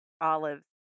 Olive's